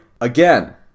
again